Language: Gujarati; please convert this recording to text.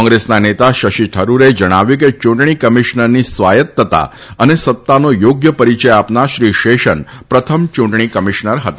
કોંગ્રેસના નેતા શશી થરૂરે જણાવ્યું છે કે યૂંટણી કમિશનરની સ્વાયત્તતા અને સત્તાનો યોગ્ય પરિચય આપનાર શ્રી શેષન પ્રથમ યૂંટણી કમિશનર હતા